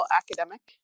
academic